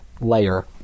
layer